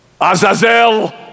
Azazel